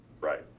Right